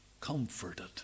comforted